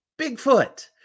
Bigfoot